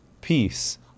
peace